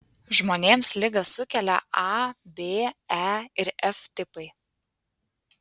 žmonėms ligą sukelia a b e ir f tipai